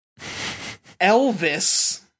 Elvis